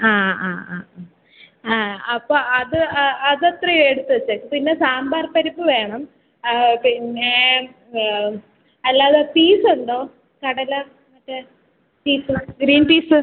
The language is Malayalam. ആ അ അ അ അപ്പോൾ അത് അതത്രയെടുത്ത് വെച്ചേക്ക് പിന്നെ സാമ്പാർ പരിപ്പ് വേണം പിന്നെ അല്ലാതെ പീസൊണ്ടൊ കടല മറ്റേ പീസ്സ് ഗ്രീൻ പീസ്സ്